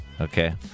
Okay